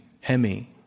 Hemi